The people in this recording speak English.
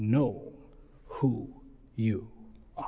know who you